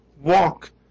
walk